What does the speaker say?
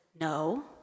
no